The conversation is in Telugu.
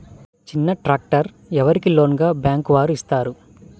చిన్న ట్రాక్టర్ ఎవరికి లోన్గా బ్యాంక్ వారు ఇస్తారు?